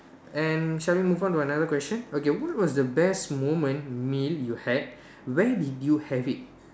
and shall we move on to another question okay what was the best moment meal you had where did you have it